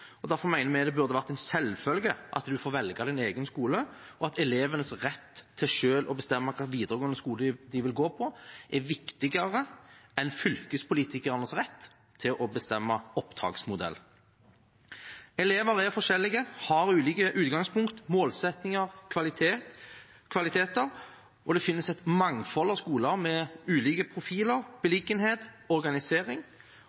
Derfor mener vi det burde være en selvfølge at man får velge sin egen skole, og at elevenes rett til selv å bestemme hvilken videregående skole de vil gå på, er viktigere enn fylkespolitikernes rett til å bestemme opptaksmodell. Elever er forskjellige, har ulike utgangspunkt, målsettinger og kvaliteter, og det finnes et mangfold av skoler med ulike profiler,